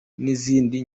n’izindi